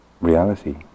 reality